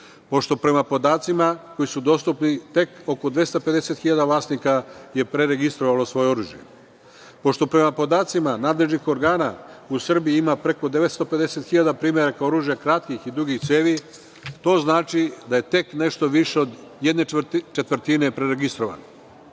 pošto prema podacima koji su dostupni, tek oko 250 hiljada vlasnika je preregistrovalo svoje oružje. Pošto prema podacima nadležnih organa u Srbiji ima preko 950 hiljada primeraka oružja kratkih i dugih cevi, to znači da je tek nešto više od jedne četvrtine preregistrovano.